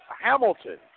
Hamilton